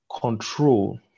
control